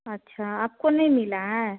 अच्छा आपको नहीं मिला है